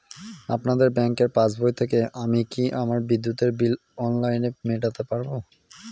আপনাদের ব্যঙ্কের পাসবই থেকে আমি কি আমার বিদ্যুতের বিল অনলাইনে মেটাতে পারবো?